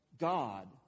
God